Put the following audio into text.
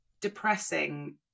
depressing